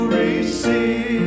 receive